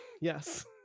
yes